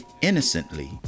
innocently